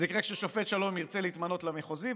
זה יקרה כששופט שלום ירצה להתמנות למחוזי,